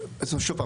זאת אומרת שוב פעם,